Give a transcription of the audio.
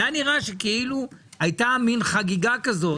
זה נראה כאילו הייתה חגיגה כזאת.